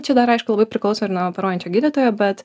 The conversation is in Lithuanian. čia dar aišku labai priklauso ir nuo operuojančio gydytojo bet